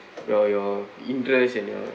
your your interests and your